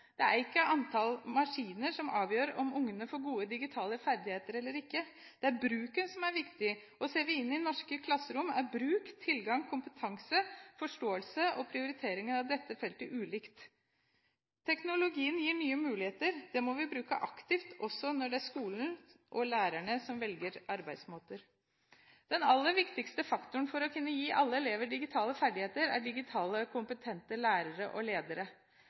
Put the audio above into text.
Det er ikke antallet maskiner som avgjør om ungene får gode digitale ferdigheter eller ikke. Det er bruken som er viktig. Ser vi inn i norske klasserom, er bruk, tilgang, kompetanse, forståelse og prioritering av dette feltet ulik. Teknologien gir nye muligheter. Det må vi bruke aktivt også når det er skolen og lærerne som velger arbeidsmåter. Den aller viktigste faktoren for å kunne gi alle elever digitale ferdigheter er digitalt kompetente lærere og ledere.